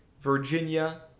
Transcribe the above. Virginia